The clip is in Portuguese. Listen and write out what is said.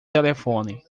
telefone